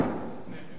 נגד תגיד